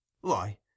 Why